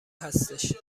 هستش